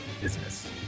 business